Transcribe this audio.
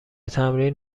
تمرین